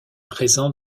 présent